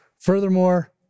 Furthermore